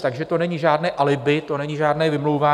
Takže to není žádné alibi, to není žádné vymlouvání.